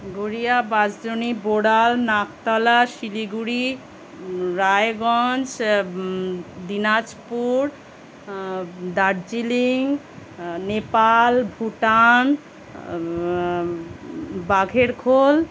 গড়িয়া বাঁশদ্রোণী বোড়াল নাকতলা শিলিগুড়ি রায়গঞ্জ দিনাজপুর দার্জিলিং নেপাল ভুটান বাঘের খোল